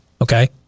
Okay